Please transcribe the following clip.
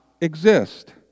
exist